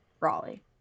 Raleigh